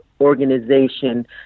organization